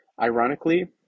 Ironically